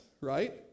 right